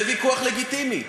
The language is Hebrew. זה ויכוח לגיטימי.